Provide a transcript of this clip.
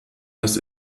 das